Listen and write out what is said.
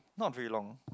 not very long